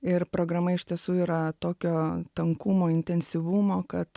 ir programa iš tiesų yra tokio tankumo intensyvumo kad